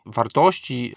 wartości